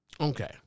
Okay